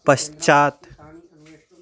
पश्चात्